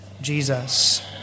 Jesus